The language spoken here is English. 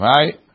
Right